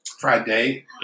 Friday